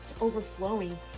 overflowing